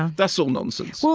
ah that's all nonsense. so